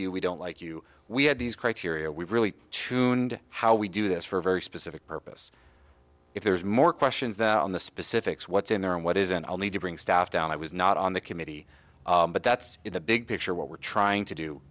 you we don't like you we have these criteria we really true nd how we do this for a very specific purpose if there's more questions than on the specifics what's in there and what isn't i'll need to bring staff down i was not on the committee but that's in the big picture what we're trying to do